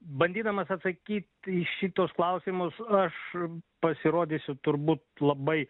bandydamas atsakyt į šituos klausimus aš pasirodysiu turbūt labai